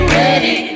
ready